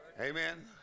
Amen